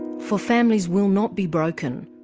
for families will not be broken.